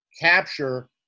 capture